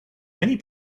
many